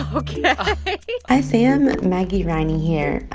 ok hi, sam. maggie riney here.